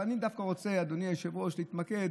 אבל אני רוצה, אדוני היושב-ראש, להתמקד